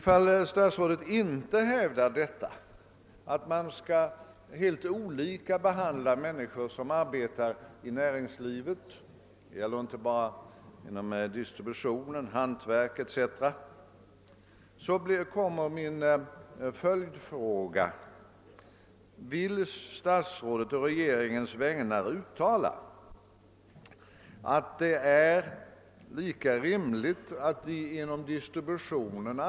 Om statsrådet inte hävdar att man skall behandla människor som arbetar i näringslivet helt olika — det gäller alltså inte bara distribution, hantverk, serviceverksamhet etc. — blir min följande fråga: Vill statsrådet å regeringens vägnar uttala som en allmän tanke, utan att därför behöva precisera några procentsatser etc., att det är lika rimligt att de inom distributionen etc.